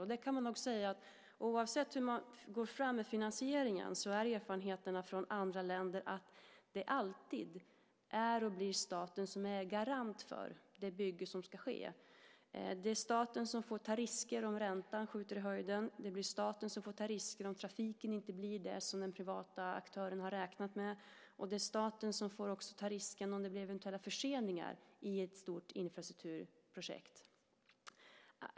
Och oavsett hur man går fram med finansieringen är erfarenheterna från andra länder att det alltid är och blir staten som är garant för det bygge som ska ske. Det är staten som får ta risker om räntan skjuter i höjden, det är staten som får ta risker om trafiken inte blir som den privata aktören har räknat med, och det är staten som också får ta riskerna om det blir förseningar i ett stort infrastrukturprojekt.